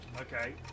Okay